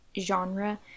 genre